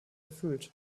erfüllt